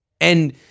And-